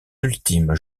ultimes